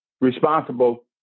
responsible